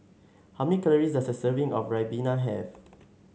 how many calories does a serving of Ribena have